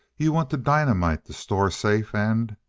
you want to dynamite the store safe and